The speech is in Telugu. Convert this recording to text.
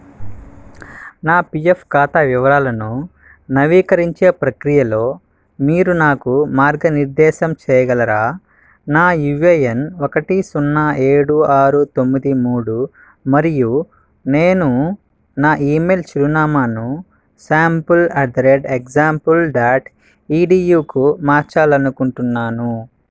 నా పీఎఫ్ ఖాతా వివరాలను నవీకరించే ప్రక్రియలో మీరు నాకు మార్గనిర్దేశం చేయగలరా నా యూఏఎన్ ఒకటి సున్నా ఏడు ఆరు తొమ్మిది మూడు మరియు నేను నా ఇమెయిల్ చిరునామాను sample at the rate example dot ఈడియూకు మార్చాలనుకుంటున్నాను